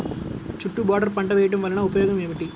చుట్టూ బోర్డర్ పంట వేయుట వలన ఉపయోగం ఏమిటి?